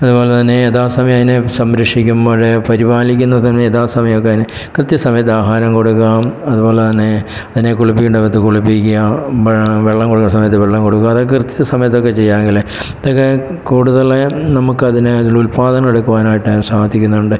അതുപോലെ തന്നെ യഥാസമയം അതിനെ സംരക്ഷിക്കുമ്പോൾ പരിപാലിക്കുന്നതിന് യഥാ സമയമൊക്കെ അതിന് കൃത്യ സമയത്ത് ആഹാരം കൊടുക്കുക അതുപോലെ തന്നെ അതിനെ കുളിപ്പിക്കേണ്ട വിധത്തിൽ കുളിപ്പിക്കാം വെള്ളം കൊടുക്കുന്ന സമയത്ത് വെള്ളം കൊടുക്കുക അത് കൃത്യസമയത്തൊക്കെ ചെയ്യാമെങ്കിൽ അതൊക്കെ കൂടുതലായും നമുക്കതിനെ ഉല്പാദനം എടുക്കുവാനായിട്ട് സാധിക്കുന്നുണ്ട്